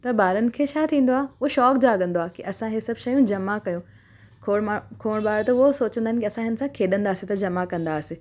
त ॿारनि खे छा थींदो आहे उहो शौंक़ु जागंदो आहे की असां हीअ सभु शयूं जमा कयूं खोड़ माण्हू खोड़ ॿार त उहो सोचंदा आहिनि की असां हिन सां खेॾंदासीं त जमा कंदा हुआसीं